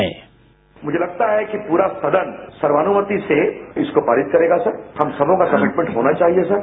bite मुझे लगता है कि पूरा सदन सर्वानुमति से इसको पारित करेगा सर हम सबोका कमिटमेंट होना चाहिए सर